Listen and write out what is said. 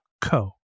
co